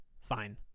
fine